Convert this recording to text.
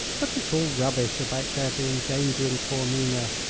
but it's all rubbish about there being danger in taormina,